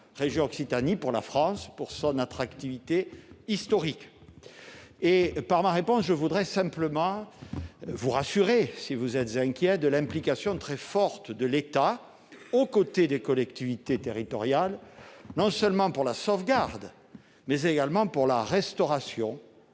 région Occitanie et pour la France, pour leur attractivité historique. Par ma réponse, je voudrais simplement vous rassurer, si vous étiez inquiet, quant à l'implication très forte de l'État aux côtés des collectivités territoriales, non seulement pour la sauvegarde, mais aussi pour la restauration